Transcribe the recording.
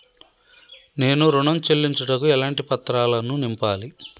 నేను ఋణం చెల్లించుటకు ఎలాంటి పత్రాలను నింపాలి?